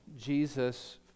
Jesus